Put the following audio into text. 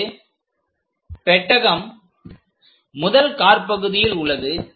இங்கு பெட்டகம் முதல் காற்பகுதியில் உள்ளது